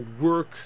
work